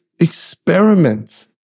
experiment